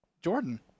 Jordan